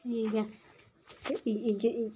ठीक ऐ ते इ'यै